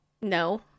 no